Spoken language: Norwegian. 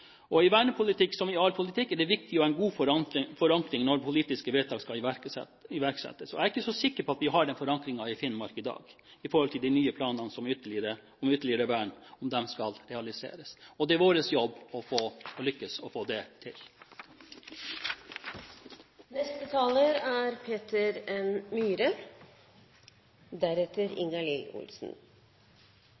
utvikling. I vernepolitikk – som i all politikk – er det viktig å ha en god forankring når politiske vedtak skal iverksettes. Jeg er ikke så sikker på at vi i Finnmark i dag har den forankringen i de nye planene om at ytterligere vern skal realiseres. Det er vår jobb å lykkes med å få det til. La meg få takke representanten Fredriksen for å ta opp denne viktige saken her i Stortinget. Det Fredriksen fokuserer på, er